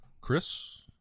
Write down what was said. Chris